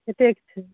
एतेक छै